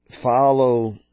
follow